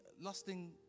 lusting